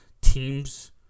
teams